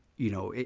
you know,